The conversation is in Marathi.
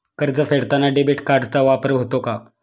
कर्ज फेडताना डेबिट कार्डचा वापर होतो का?